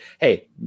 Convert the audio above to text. hey